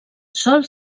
sol